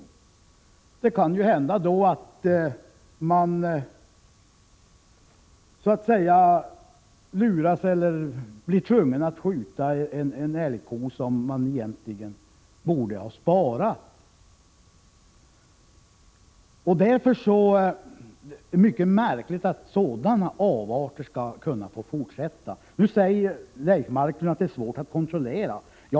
Då kan det hända att man luras eller blir tvungen att skjuta en älgko som man egentligen borde ha sparat. Därför är det mycket märkligt att sådana avarter skall få finnas kvar. Leif Marklund säger att det är svårt att kontrollera.